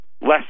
less